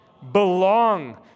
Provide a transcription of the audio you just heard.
belong